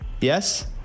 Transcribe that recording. Yes